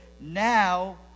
now